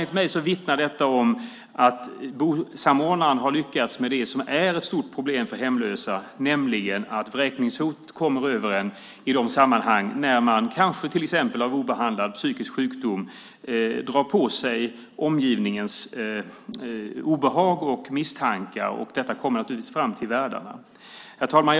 Enligt mig vittnar detta om att bosamordnaren har lyckats med det som är ett stort problem för hemlösa, nämligen att vräkningshot kommer över en i sammanhang när man, kanske till exempel på grund av obehandlad psykisk sjukdom, drar på sig omgivningens obehag och misstankar, och detta kommer naturligtvis fram till värdarna. Herr talman!